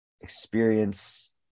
experience